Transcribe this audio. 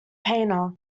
painter